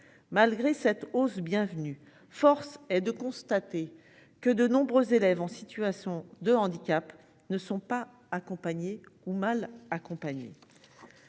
Malgré cette hausse bienvenue, force est de constater que de nombreux élèves en situation de handicap ne sont pas accompagnés ou mal accompagné.